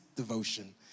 devotion